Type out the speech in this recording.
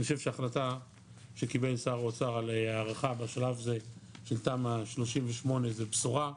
אני חושב שההחלטה שקיבל שר האוצר על הארכה בשלב זה של תמ"א 38 זו בשורה,